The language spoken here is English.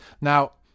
Now